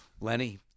Lenny